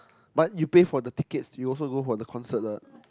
but you pay for the tickets you also go for the concert lah